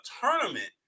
tournament